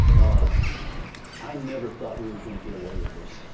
ah i never thought we were going to get away with this.